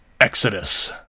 Exodus